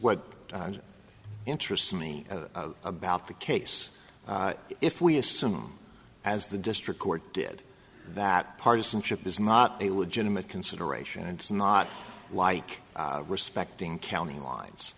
what interests me about the case if we assume as the district court did that partisanship is not a legitimate consideration it's not like respecting county lines